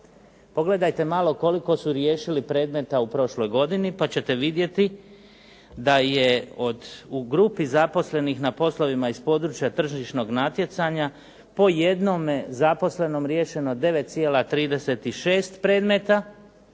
Pogledajte malo koliko su riješili predmeta u prošloj godini pa ćete vidjeti da je od u grupi zaposlenih na poslovima iz područja tržišnog natjecanja po jednome zaposlenom riješeno 9,36 predmeta,